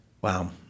Wow